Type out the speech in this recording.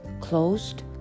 Closed